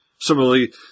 Similarly